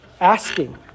Asking